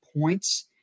points